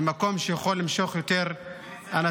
במקום שיכול למשוך יותר אנשים.